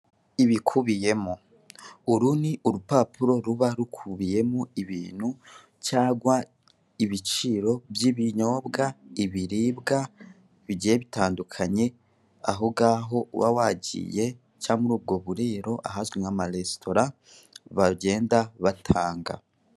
Ibikubiyemo; uru nii urupapuro ruba rukubiyemo ibintu cyangwa ibiciro by'ibinyobwa, ibiribwa bigiye bitandukanye ahongaho uba wagiye cyangwa muri ubwo buriro ahazwi nk'amaresitora bagenda batanga.